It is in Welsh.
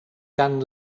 gan